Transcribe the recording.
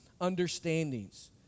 understandings